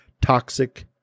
toxic